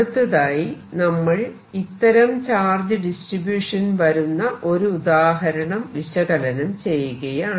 അടുത്തതായി നമ്മൾ ഇത്തരം ചാർജ് ഡിസ്ട്രിബ്യൂഷൻ വരുന്ന ഒരു ഉദാഹരണം വിശകലനം ചെയ്യുകയാണ്